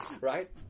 Right